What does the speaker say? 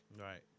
Right